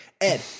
Ed